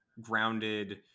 grounded